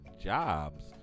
jobs